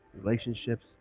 relationships